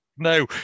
No